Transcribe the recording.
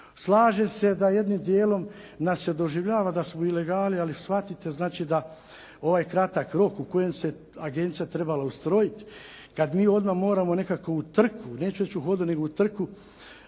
Slažem se da jednim dijelom nas se doživljava da smo u ilegali, ali shvatite da ovaj kratak rok u kojem se agencija trebala ustrojiti. Kada mi moramo nekako u trku, neću reći u hodu, nego u trku,